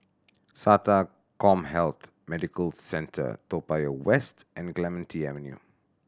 SATA CommHealth Medical Centre Toa Payoh West and Clementi Avenue